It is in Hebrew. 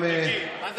ובכן, מה נשתנה?